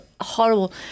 horrible